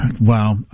Wow